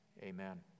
amen